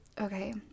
Okay